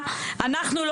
לקרב,